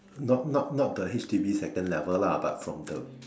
not not not the H_D_B second level lah but from the